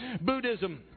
Buddhism